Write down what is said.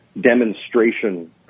demonstration